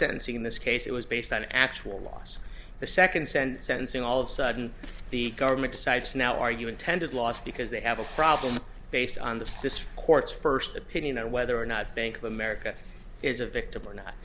sentence in this case it was based on actual law the second send sense to all of sudden the government decides now are you intended lost because they have a problem based on the court's first opinion or whether or not bank of america is a victim or not